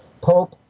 Pope